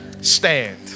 stand